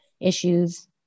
issues